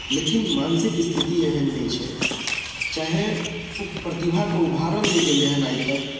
लेकिन मानसिक स्थिति एहन नहि छै चाहे ओ प्रतिभा कऽ उभारल नहि गेलैया आइ तक